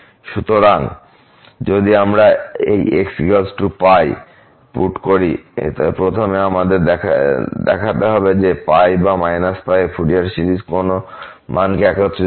সুতরাং যদি আমরা এই xπ পুট করি প্রথমে আমাদের দেখতে হবে বা π এ যে ফুরিয়ার সিরিজ কোন মানকে একত্রিত করে